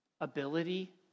ability